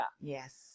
yes